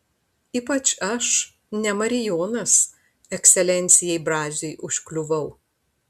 ypač aš ne marijonas ekscelencijai braziui užkliuvau